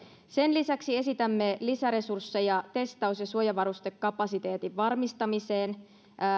sen lisäksi esitämme lisäresursseja testaus ja suojavarustekapasiteetin varmistamiseen